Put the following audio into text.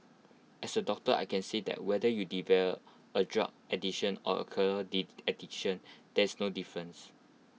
as A doctor I can say that whether you develop A drug addiction or addiction there is no difference